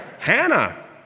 Hannah